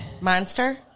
Monster